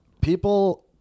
people